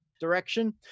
Direction